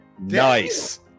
Nice